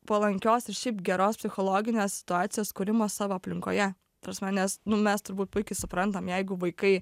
palankios ir šiaip geros psichologinės situacijos kūrimo savo aplinkoje ta prasme nes nu mes turbūt puikiai suprantam jeigu vaikai